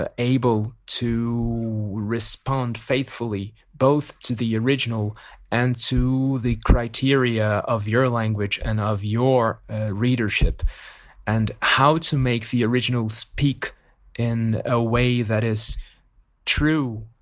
ah able to respond faithfully both to the original and to the criteria of your language and of your readership and how to make the original speak in a way that is true,